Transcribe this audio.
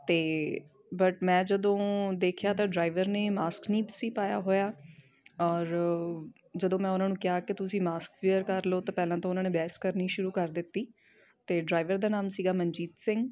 ਅਤੇ ਬਟ ਮੈਂ ਜਦੋਂ ਦੇਖਿਆ ਤਾਂ ਡਰਾਈਵਰ ਨੇ ਮਾਸਕ ਨਹੀਂ ਸੀ ਪਾਇਆ ਹੋਇਆ ਔਰ ਜਦੋਂ ਮੈਂ ਉਹਨਾਂ ਨੂੰ ਕਿਹਾ ਕਿ ਤੁਸੀਂ ਮਾਸਕ ਵੀਅਰ ਕਰ ਲਓ ਤਾਂ ਪਹਿਲਾਂ ਤਾਂ ਉਹਨਾਂ ਨੇ ਬਹਿਸ ਕਰਨੀ ਸ਼ੁਰੂ ਕਰ ਦਿੱਤੀ ਅਤੇ ਡਰਾਈਵਰ ਦਾ ਨਾਮ ਸੀਗਾ ਮਨਜੀਤ ਸਿੰਘ